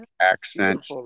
accent